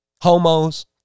homos